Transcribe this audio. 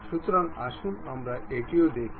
সুতরাং আসুন আমরা এটিও দেখি